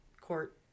court